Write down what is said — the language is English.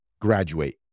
graduate